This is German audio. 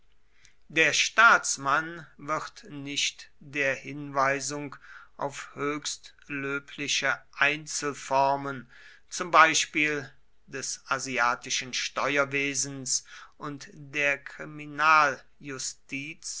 der staatsmann wird nicht der hinweisung auf höchst löbliche einzelformen zum beispiel des asiatischen steuerwesens und der